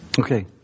Okay